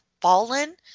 fallen